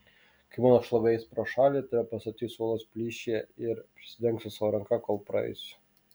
kai mano šlovė eis pro šalį tave pastatysiu uolos plyšyje ir pridengsiu savo ranka kol praeisiu